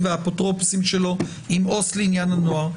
והאפוטרופוסים שלו עם עובד סוציאלי לעניין הנוער,